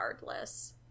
regardless